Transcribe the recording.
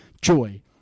joy